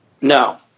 No